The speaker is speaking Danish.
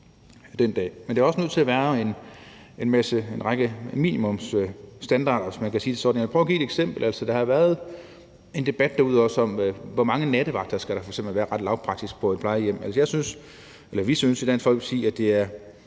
Men der er også nødt til at være en række minimumsstandarder, hvis man kan sige det sådan. Jeg kan prøve at give et eksempel. Der har været en debat derude om, hvor mange nattevagter der f.eks. skal være – ret lavpraktisk – på et plejehjem. Vi synes i Dansk Folkeparti, at det er